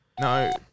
No